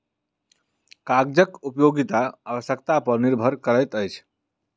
कागजक उपयोगिता आवश्यकता पर निर्भर करैत अछि